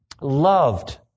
loved